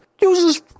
uses